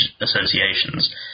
associations